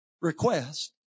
request